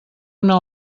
una